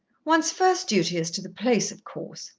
one's first duty is to the place, of course,